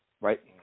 right